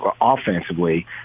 offensively